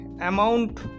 amount